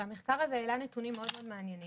והמחקר הזה העלה נתונים מאוד מאוד מעניינים.